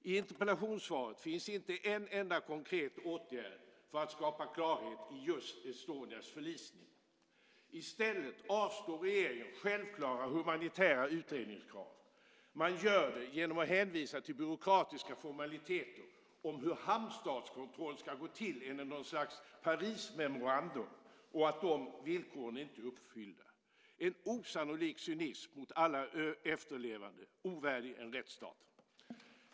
I interpellationssvaret finns inte en enda konkret åtgärd för att skapa klarhet i just M/S Estonias förlisning. I stället avslår regeringen självklara humanitära utredningskrav. Man gör det genom att hänvisa till byråkratiska formaliteter om hur hamnstatskontroll ska gå till enligt någon slags Parismemorandum och att de villkoren inte är uppfyllda. Det är en osannolik cynism mot alla efterlevande, ovärdig en rättsstat.